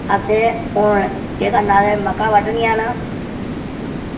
असें होन केह् करना मक्कां बड्ढनियां न